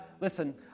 Listen